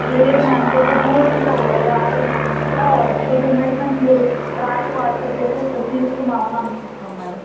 లేదు మ్యామ్ కొంచెం దూరంలో ఉన్న రాలేము అన్నట్టుగా కొంచెం మెడిసిన్స్ మీరు రాసి వాట్సాప్ చేస్తే ఇక్కడ తీసుకుందాం అని అనుకుంటున్నాం మ్యామ్